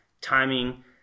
timing